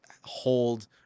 hold